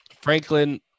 Franklin